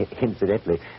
Incidentally